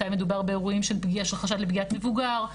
מתי מדובר באירועים שיש חשד לפגיעת מבוגר.